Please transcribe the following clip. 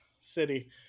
City